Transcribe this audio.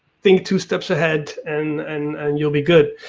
think two steps ahead and you'll be good.